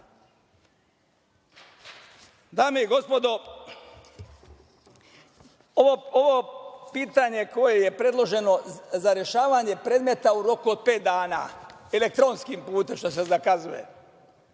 i gospodo, ovo pitanje koje je predloženo za rešavanje predmeta u roku od pet dana, elektronskim putem što se zakazuje.